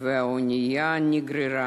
והאונייה נגררה